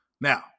Now